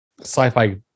sci-fi